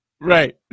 right